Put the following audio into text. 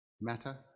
matter